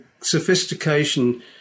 sophistication